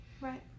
Right